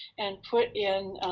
and put in